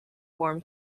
form